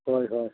ꯍꯣꯏ ꯍꯣꯏ